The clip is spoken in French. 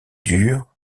dures